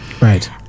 right